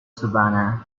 savanna